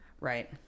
right